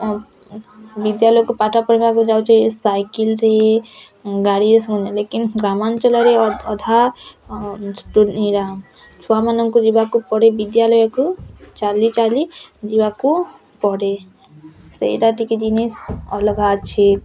ଆଉ ବିଦ୍ୟାଳୟକୁ ପାଠ ପଢ଼ିବାକୁ ଯାଉଛେ ସାଇକେଲ୍ରେ ଗାଡ଼ିରେ ସମୟରେ ଲେକିନ୍ ଗ୍ରାମାଞ୍ଚଳରେ ଅଧା ଛୁଆମାନଙ୍କୁ ଯିବାକୁ ପଡ଼େ ବିଦ୍ୟାଳୟକୁ ଚାଲି ଚାଲି ଯିବାକୁ ପଡ଼େ ସେଇଟା ଟିକେ ଜିନିଷ ଅଲଗା ଅଛି